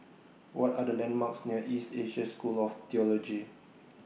What Are The landmarks near East Asia School of Theology